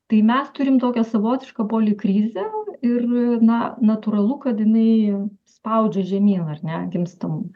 tai mes turim tokią savotišką polikrizę ir na natūralu kad jinai spaudžia žemyn ar ne gimstamumą